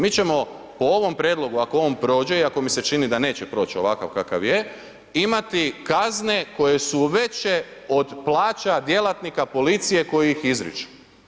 Mi ćemo po ovom prijedlogu ako on prođe iako mi se čini da neće proći ovakav kakav je imati kazne koje su veće od plaća djelatnika policije koji ih izriče.